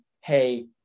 hey